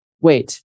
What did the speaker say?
wait